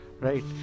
right